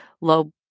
low